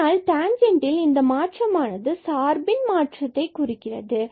ஆனால் டேன்ஜன்ட் ல் இந்த மாற்றமானது சார்பில் மாற்றத்தைக் குறிக்கிறது